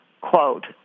quote